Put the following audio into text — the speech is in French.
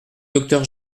docteur